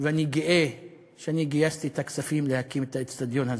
ואני גאה שאני גייסתי את הכספים להקמת האיצטדיון הזה,